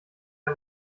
der